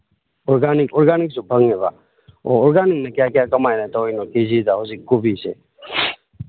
organic ꯑꯣꯔꯒꯥꯅꯤꯛꯁꯨ ꯐꯪꯉꯦꯕ ꯑꯣ ꯑꯣꯔꯒꯥꯅꯤꯛꯅ ꯀꯌꯥ ꯀꯌꯥ ꯀꯃꯥꯏꯅ ꯇꯧꯋꯤꯅ ꯀꯦ ꯖꯤꯗ ꯍꯧꯖꯤꯛ ꯀꯣꯕꯤꯁꯦ